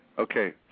Okay